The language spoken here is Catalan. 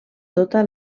tota